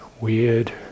weird